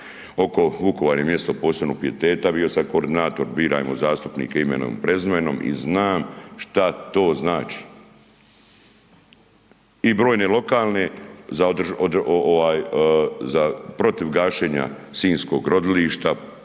oko Vukovar je mjesto posebnog pijeteta, bio sam koordinator „Birajmo zastupnike imenom i prezimenom“ i znam šta to znači. I brojne lokalne za protiv gašenja sinjskog rodilišta,